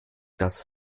das